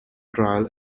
trial